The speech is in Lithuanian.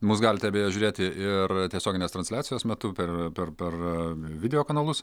mus galite beje žiūrėti ir tiesioginės transliacijos metu per per per video kanalus